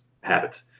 habits